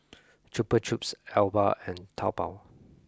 Chupa Chups Alba and Taobao